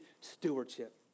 stewardship